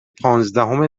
پانزدهم